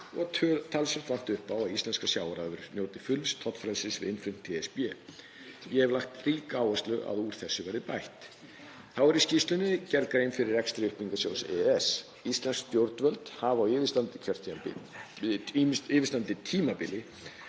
og talsvert vanti upp á að íslenskar sjávarafurðir njóti fulls tollfrelsis við innflutning til ESB. Ég hef lagt ríka áherslu á að úr þessu verði bætt. Þá er í skýrslunni gerð grein fyrir rekstri uppbyggingarsjóðs EES. Íslensk stjórnvöld hafa á yfirstandandi tímabili